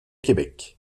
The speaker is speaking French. québec